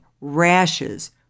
rashes